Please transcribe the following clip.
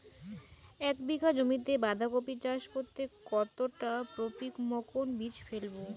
এক বিঘা জমিতে বাধাকপি চাষ করতে কতটা পপ্রীমকন বীজ ফেলবো?